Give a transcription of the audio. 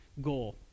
goal